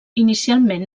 inicialment